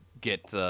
get –